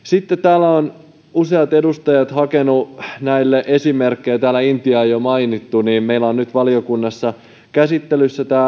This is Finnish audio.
kun täällä ovat useat edustajat hakeneet näille esimerkkejä ja täällä on intia jo mainittu niin meillä on nyt valiokunnassa käsittelyssä